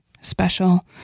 special